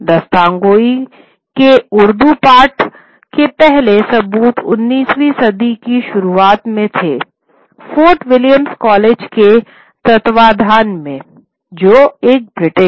दास्तानगोई के उर्दू पाठ के पहले सबूत उन्नीसवीं सदी की शुरुआत में थे फोर्ट विलियम्स कॉलेज के तत्वावधान में जो एक ब्रिटिश है